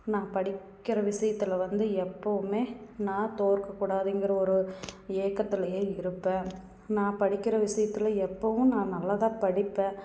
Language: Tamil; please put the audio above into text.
நான் படிக்கிற விஷயத்துல வந்து எப்பவுமே நான் தோற்கக்கூடாதுங்கிற ஒரு ஏக்கத்துலேயே இருப்பேன் நான் படிக்கிற விஷயத்துல எப்போவும் நான் நல்லாத்தான் படிப்பேன்